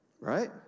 Right